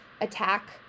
attack